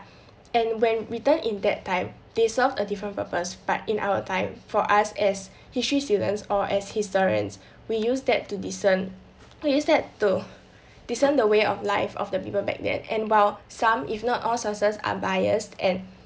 and when written in that time they served a different purpose but in our time for us as history students or as historians we use that to discern we use that to discern the way of life of the people back there and while some if not all sources are biased and